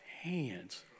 hands